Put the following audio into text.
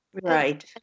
Right